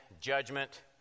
Judgment